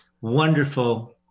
wonderful